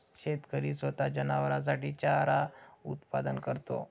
शेतकरी स्वतः जनावरांसाठी चारा उत्पादन करतो